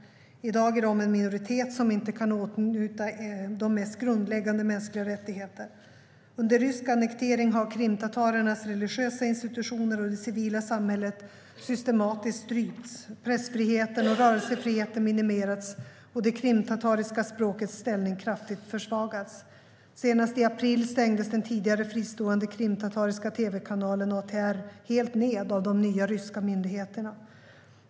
I dag är de en minoritet som inte åtnjuter ens de mest grundläggande mänskliga rättigheter. Under rysk annektering har krimtatarernas religiösa institutioner och det civila samhället systematiskt strypts, pressfriheten och rörelsefriheten minimerats och det krimtatariska språkets ställning kraftigt försvagats. Senast i april stängdes den tidigare fristående krimtatariska tv-kanalen ATR helt ned av de nya ryska myndigheterna.